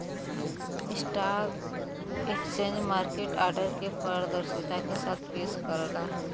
stock exchange market order के पारदर्शिता के साथ पेश करला